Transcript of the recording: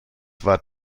war